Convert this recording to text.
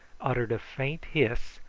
uttered a faint hiss,